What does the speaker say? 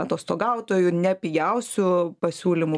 atostogautojų ne pigiausių pasiūlymų